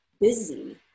busy